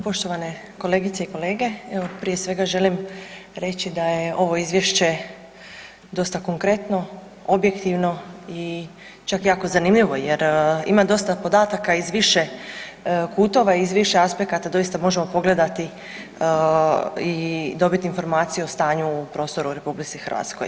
Poštovane kolegice i kolege, evo prije svega želim reći da je ovo izvješće dosta konkretno, objektivno i čak jako zanimljivo jer ima dosta podataka iz više kutova, iz više aspekata, doista možemo pogledati i dobiti informaciju o stanju u prostoru u RH.